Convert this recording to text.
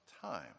time